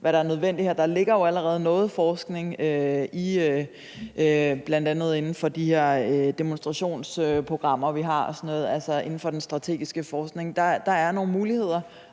hvad der er nødvendigt, er vigtige. Der ligger jo allerede noget forskning inden for bl.a. de her demonstrationsprogrammer, vi har, altså inden for den strategiske forskning, og der er der nogle muligheder,